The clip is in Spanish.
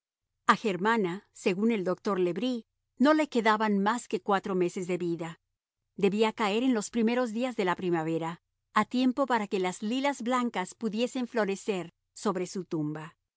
a germana según el doctor le bris no le quedaban más que cuatro meses de vida debía caer en los primeros días de la primavera a tiempo para que las lilas blancas pudiesen florecer sobre su tumba